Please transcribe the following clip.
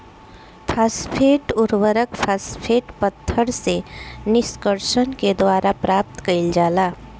phosphate उर्वरक, phosphate पत्थर से निष्कर्षण के द्वारा प्राप्त कईल जाला